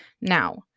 Now-